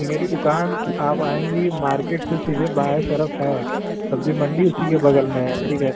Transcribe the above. मेरी दुकान आप आएँगी मार्केट से सीधे बाऍं तरफ़ है सब्ज़ी मंडी उसी के बगल में है ठीक है